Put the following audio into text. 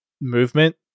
movement